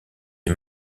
est